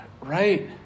right